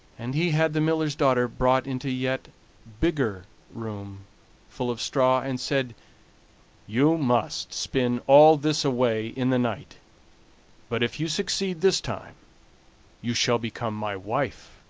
and he had the miller's daughter brought into a yet bigger room full of straw, and said you must spin all this away in the night but if you succeed this time you shall become my wife.